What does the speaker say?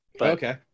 okay